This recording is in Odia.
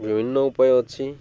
ବିଭିନ୍ନ ଉପାୟ ଅଛି